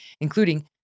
including